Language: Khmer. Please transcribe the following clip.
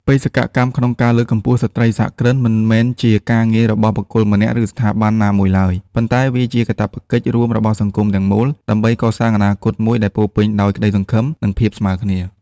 បេសកកម្មក្នុងការលើកកម្ពស់ស្ត្រីសហគ្រិន មិនមែនជាការងាររបស់បុគ្គលម្នាក់ ឬស្ថាប័នណាមួយឡើយ ប៉ុន្តែវាជាកាតព្វកិច្ចរួមរបស់សង្គមទាំងមូល ដើម្បីកសាងអនាគតមួយដែលពោរពេញដោយក្ដីសង្ឃឹម និងភាពស្មើគ្នា។